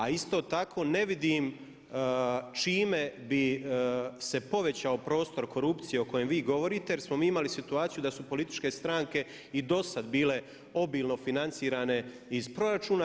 A isto tako ne vidim čime bi se povećao prostor korupcije o kojem vi govorite, jer smo mi imali situaciju da su političke stranke i do sad bile obilno financirane iz proračuna.